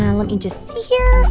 let me just see here. oh,